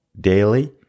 daily